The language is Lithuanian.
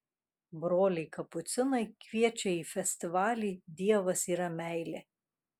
broliai kapucinai kviečia į festivalį dievas yra meilė